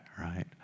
Right